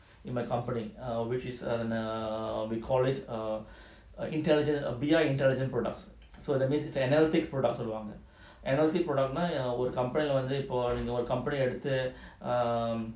in my company err which is err we call it err intelligent err V_R intelligent products so that means it's an analytic product சொல்வாங்க:solvanga analytic product ஒரு:oru you know err company lah இருந்துஇன்னொரு:irunthu innoru company(um)